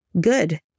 Good